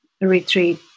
retreat